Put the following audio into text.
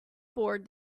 bored